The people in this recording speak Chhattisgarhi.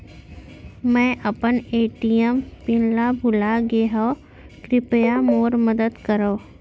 मै अपन ए.टी.एम पिन ला भूलागे हव, कृपया मोर मदद करव